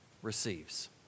Receives